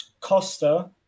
costa